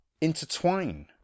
intertwine